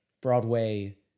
Broadway